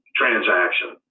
transaction